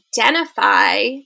identify